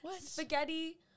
spaghetti